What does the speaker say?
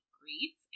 grief